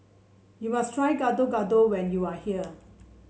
you must try Gado Gado when you are here